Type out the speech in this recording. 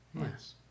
yes